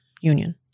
union